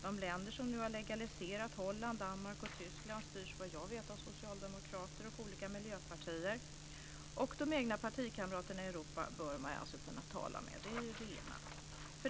De länder som nu har legaliserat - Holland, Danmark och Tyskland - styrs vad jag vet av socialdemokrater och olika miljöpartier. De egna partikamraterna i Europa bör man alltså kunna tala med. Det är det ena.